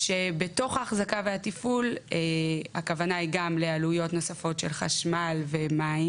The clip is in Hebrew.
בתוך האחזקה והתפעול הכוונה היא גם לעלויות נוספות של חשמל ומים,